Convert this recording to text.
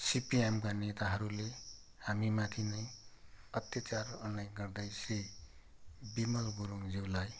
सिपिएमका नेताहरूले हामीमाथि नै अत्यचार अनेक गर्दै श्री बिमल गुरुङज्यूलाई